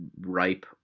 ripe